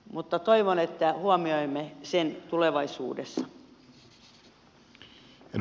mutta toivon että huomioimme sen tulevaisuudessa